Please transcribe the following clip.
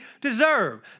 deserve